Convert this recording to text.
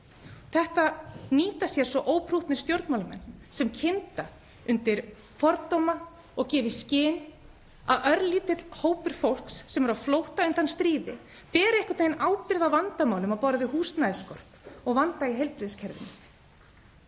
Þetta nýta sér óprúttnir stjórnmálamenn sem kynda undir fordómum og gefa í skyn að örlítill hópur fólks sem er á flótta undan stríði beri einhvern veginn ábyrgð á vandamálum á borð við húsnæðisskort og vanda í heilbrigðiskerfinu.